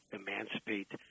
emancipate